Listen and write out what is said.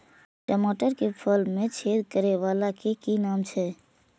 टमाटर के फल में छेद करै वाला के कि नाम छै?